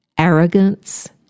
Arrogance